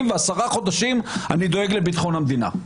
ו-10 חודשים אני דואג לביטחון המדינה,